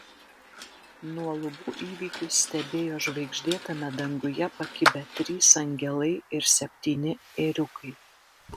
nuo lubų įvykius stebėjo žvaigždėtame danguje pakibę trys angelai ir septyni ėriukai